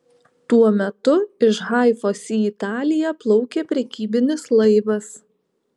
tuo metu iš haifos į italiją plaukė prekybinis laivas